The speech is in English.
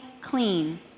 clean